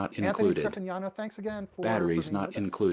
anthony scriffignano, thanks again for for being with us!